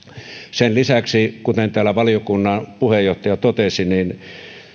sen lisäksi kuten täällä valiokunnan puheenjohtaja totesi